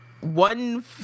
one